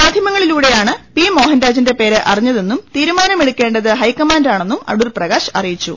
മാധ്യമങ്ങളിലൂടെയാണ് P Mohan രാജിന്റെ പേര് അറിഞ്ഞ തെന്നും തീരുമാനമെടുക്കേണ്ടത് ഹൈക്കമാന്റാണെന്നും അടൂർപ്രാ കാശ് അറിയിച്ചു